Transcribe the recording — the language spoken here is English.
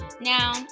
Now